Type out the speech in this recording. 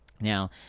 Now